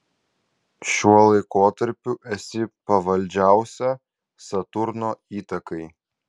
šiuo laikotarpiu esi pavaldžiausia saturno įtakai